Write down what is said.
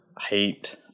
hate